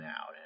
out